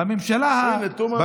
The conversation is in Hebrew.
אין, אין.